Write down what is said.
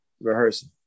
rehearsing